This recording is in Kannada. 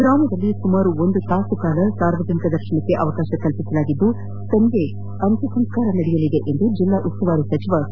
ಗ್ರಾಮದಲ್ಲಿ ಸುಮಾರು ಒಂದು ಗಂಟೆ ಕಾಲ ಸಾರ್ವಜನಿಕ ದರ್ಶನಕ್ಕೆ ಅವಕಾಶ ಕಲ್ಪಿಸಲಾಗಿದ್ದು ಸಂಜೆ ಅಂತ್ಯಸಂಸ್ಕಾರ ನಡೆಯಲಿದೆ ಎಂದು ಜಿಲ್ಲಾ ಉಸ್ತುವಾರಿ ಸಚಿವ ಸಿ